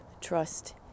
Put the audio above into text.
trust